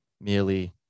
merely